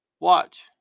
watch